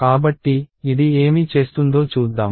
కాబట్టి ఇది ఏమి చేస్తుందో చూద్దాం